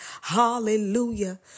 Hallelujah